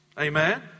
Amen